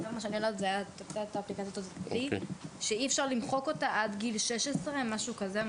אי-אפשר למחוק את האפליקציה מהטלפון עד גיל 16 וזה